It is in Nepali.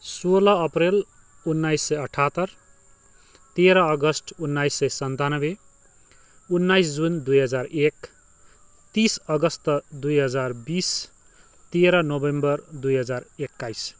सोह्र अप्रेल उन्नाइस सय अठहत्तर तेह्र अगस्त उन्नाइस सय सन्तानब्बे उन्नाइस जुन दुई हजार एक तिस अगस्त दुई हजार बिस तेह्र नोभेम्बर दुई हजार एक्काइस